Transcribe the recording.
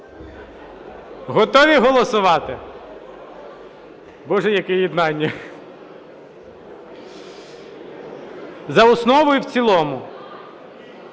Готові голосувати? Боже, яке єднання! За основу і в цілому.